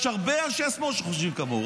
יש הרבה אנשי שמאל שחושבים כמוהו,